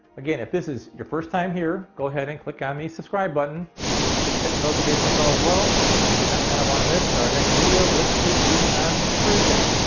again if this is your first time here go ahead and click on the subscribe button hit hit notification bell as well you're not gonna want to miss our next video which should be on thursday.